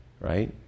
right